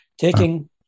taking